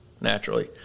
naturally